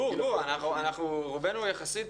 גור, רובנו יחסית